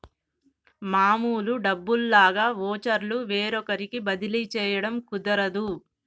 మామూలు డబ్బుల్లాగా వోచర్లు వేరొకరికి బదిలీ చేయడం కుదరదు